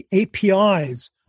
APIs